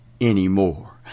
anymore